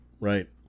right